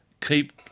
keep